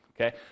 okay